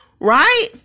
right